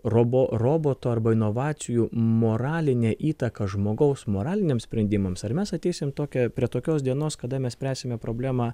robo robotų arba inovacijų moralinę įtaką žmogaus moraliniams sprendimams ar mes ateisim į tokią prie tokios dienos kada mes spręsime problemą